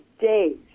days